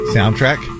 Soundtrack